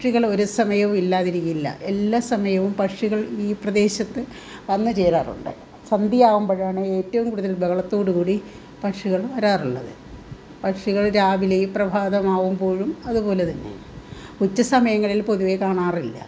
പക്ഷികളൊരു സമയവുമില്ലാതിരിക്കില്ല എല്ലാ സമയവും പക്ഷികൾ ഈ പ്രദേശത്ത് വന്ന് ചേരാറുണ്ട് സന്ധ്യയാകുമ്പോഴാണ് ഏറ്റവും കൂടുതൽ ബഹളത്തോടുകൂടി പക്ഷികൾ വരാറുള്ളത് പക്ഷികൾ രാവിലെ പ്രഭാതമാകുമ്പോഴും അതുപോലെതന്നെ ഉച്ചസമയങ്ങളിൽ പൊതുവെ കാണാറില്ല